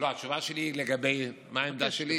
שלי היא לגבי מה העמדה שלי.